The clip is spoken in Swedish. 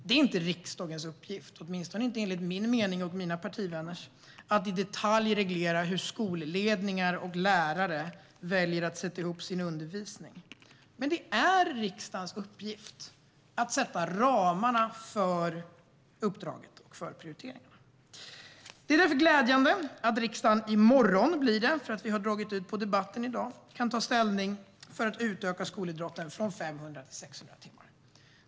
Det är enligt min och mina partivänners mening inte riksdagens uppgift att i detalj reglera hur skolledning och lärare väljer att sätta ihop sin undervisning. Men det är riksdagens uppgift att sätta ramarna för uppdraget och för prioriteringarna. Det är därför glädjande att riksdagen i morgon - för vi har dragit ut på debatten i dag - kan ta ställning för att utöka skolidrotten från 500 till 600 timmar.